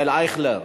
ישראל אייכלר,